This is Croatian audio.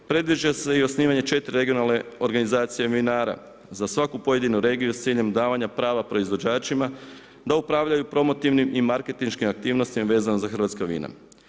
Predviđa se i osnivanje 4 regionalne organizacije vinara za svaku pojedinu regiju s ciljem davanja prava proizvođačima da upravljaju promotivnim i marketinškim aktivnostima vezano za hrvatska vina.